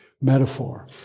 metaphor—